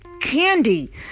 candy